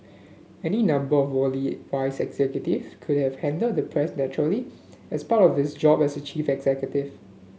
any number of worldly wise executive could have handled the press naturally as part of his job as chief executive